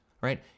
right